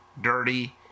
dirty